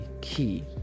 key